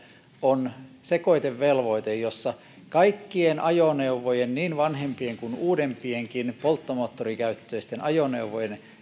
on sekoitevelvoite jossa kaikkien ajoneuvojen niin vanhempien kuin uudempienkin polttomoottorikäyttöisten ajoneuvojen